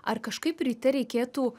ar kažkaip ryte reikėtų